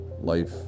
life